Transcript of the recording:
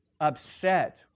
upset